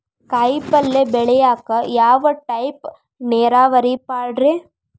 ಕಾಯಿಪಲ್ಯ ಬೆಳಿಯಾಕ ಯಾವ ಟೈಪ್ ನೇರಾವರಿ ಪಾಡ್ರೇ?